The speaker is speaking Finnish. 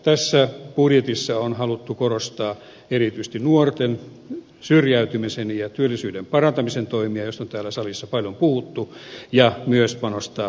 tässä budjetissa on haluttu korostaa erityisesti nuorten syrjäytymisen ja työllisyyden parantamisen toimia joista on täällä salissa paljon puhuttu ja myös panostaa pitkäaikaistyöttömyyteen